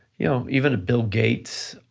you know even bill gates.